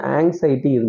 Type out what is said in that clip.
anxiety